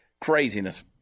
Craziness